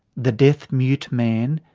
the deaf mute man,